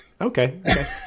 Okay